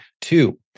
two